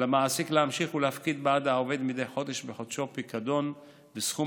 על המעסיק להמשיך ולהפקיד בעד העובד מדי חודש בחודשו פיקדון בסכום